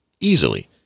easily